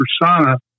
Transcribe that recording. persona